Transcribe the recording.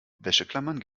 wäscheklammern